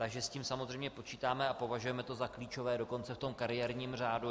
Takže s tím samozřejmě počítáme a považujeme to za klíčové dokonce v tom kariérním řádu.